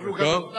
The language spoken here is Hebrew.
בלחץ דם, בסוכרת,